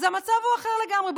אז המצב הוא אחר לגמרי.